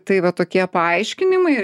tai va tokie paaiškinimai